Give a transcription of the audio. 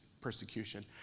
persecution